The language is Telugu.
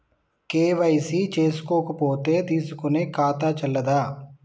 కే.వై.సీ చేసుకోకపోతే తీసుకునే ఖాతా చెల్లదా?